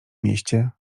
mieście